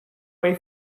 way